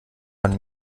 man